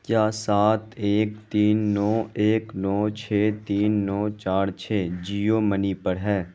کیا سات ایک تین نو ایک نو چھ تین نو چار چھ جیو منی پر ہے